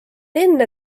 enne